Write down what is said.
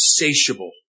insatiable